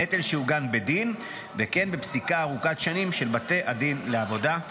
נטל שעוגן בדין וכן בפסיקה ארוכת שנים של בתי הדין לעבודה.